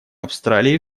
австралии